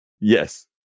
Yes